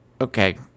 okay